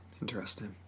Interesting